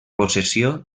possessió